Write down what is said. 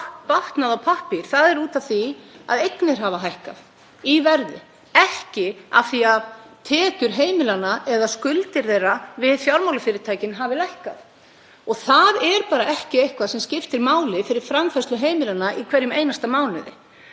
batnað á pappír. Það er út af því að eignir hafa hækkað í verði, ekki af því að tekjur heimilanna eða skuldir þeirra við fjármálafyrirtækin hafi lækkað. Það er bara eitthvað sem skiptir ekki máli fyrir framfærslu heimilanna í hverjum einasta mánuði.